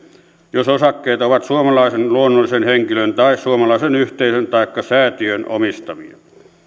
jos osakkeet ovat suomalaisen luonnollisen henkilön tai suomalaisen yhteisön taikka säätiön omistamia